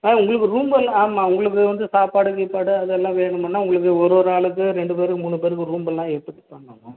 ஆ உங்களுக்கு ரூம்பு எல்லாம் ஆமாம் உங்களுக்கு வந்து சாப்பாடு கீப்பாடு அதெல்லாம் வேணுமுன்னா உங்களுக்கு ஒரு ஒரு ஆளுக்கு ரெண்டு பேருக்கு மூணு பேருக்கு ரூம்பு எல்லாம் எடுத்துட்டு தான்ம்மா